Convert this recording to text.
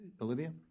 Olivia